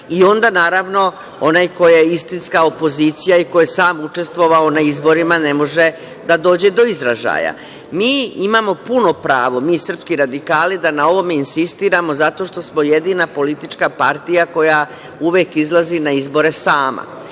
i onda, naravno, onaj ko je istinska opozicija i ko je sam učestvovao na izborima ne može da dođe do izražaja. Mi imamo puno pravo, mi srpski radikali, da na ovome insistiramo zato što smo jedina politička partija koja uvek izlazi na izbore sama.